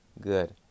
good